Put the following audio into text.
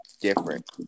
different